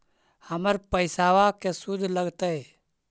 हमर पैसाबा के शुद्ध लगतै?